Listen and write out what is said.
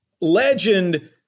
legend